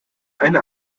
eine